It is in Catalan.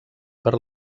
per